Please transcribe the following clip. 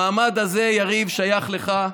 המעמד הזה, יריב, שייך לך.